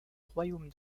royaume